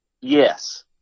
Yes